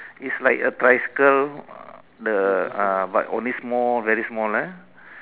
is like a tricycle the uh but only small very small